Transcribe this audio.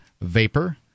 vapor